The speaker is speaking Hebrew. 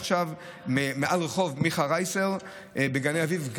מעל רחוב מיכה רייסר בגני אביב.